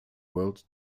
world